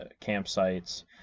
campsites